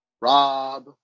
Rob